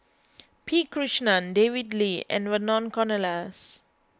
P Krishnan David Lee and Vernon Cornelius